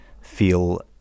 feel